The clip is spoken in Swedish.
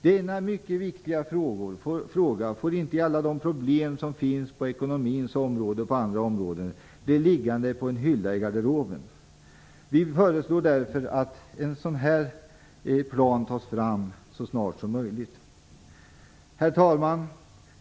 Denna mycket viktiga fråga får inte till följd av alla de problem som finns på ekonomins område och på andra områden bli liggande på en hylla i garderoben. Vi föreslår därför att en sådan plan tas fram så snart som möjligt. Herr talman!